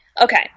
Okay